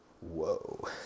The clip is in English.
Whoa